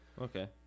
Okay